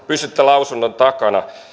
pysytte lausunnon takana